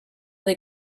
they